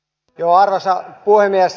arvoisa puhemies